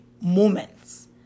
moments